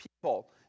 people